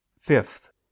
Fifth